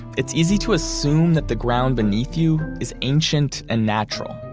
it's easy to assume that the ground beneath you is ancient and natural.